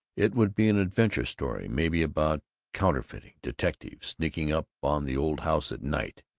it would be an adventure story, maybe about counterfeiting detectives sneaking up on the old house at night.